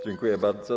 Dziękuję bardzo.